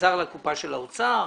חזר לקופה של האוצר?